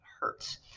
hurts